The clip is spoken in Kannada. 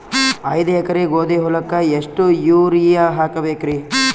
ಐದ ಎಕರಿ ಗೋಧಿ ಹೊಲಕ್ಕ ಎಷ್ಟ ಯೂರಿಯಹಾಕಬೆಕ್ರಿ?